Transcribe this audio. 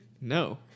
No